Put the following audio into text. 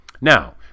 Now